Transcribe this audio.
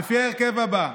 לפי ההרכב הבא,